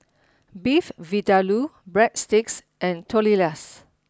Beef Vindaloo Breadsticks and Tortillas